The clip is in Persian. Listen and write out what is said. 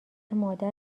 مادر